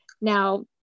Now